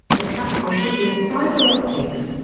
the capital city of fiber optics.